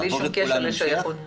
בלי שום קשר לשייכות --- לכולם,